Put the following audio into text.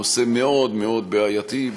נושא מאוד מאוד בעייתי,